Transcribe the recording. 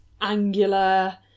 angular